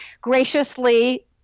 graciously